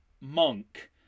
Monk